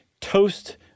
toast